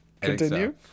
Continue